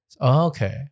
Okay